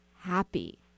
happy